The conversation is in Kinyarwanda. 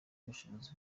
ubushobozi